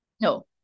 no